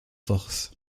forces